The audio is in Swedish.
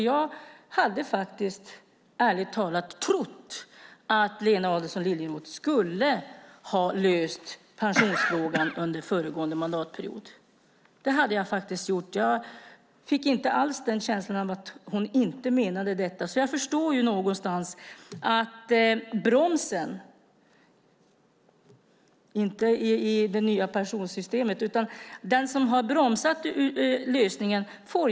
Jag hade, ärligt talat, trott att Lena Adelsohn Liljeroth skulle ha löst pensionsfrågan under föregående mandatperiod. Det trodde jag faktiskt. Jag fick inte alls känslan av att hon inte menade detta. Jag förstår någonstans var bromsen finns - jag menar inte den i det nya pensionssystemet.